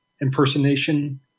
impersonation